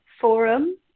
forum